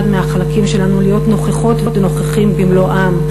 מהחלקים שלנו להיות נוכחות ונוכחים במלואם,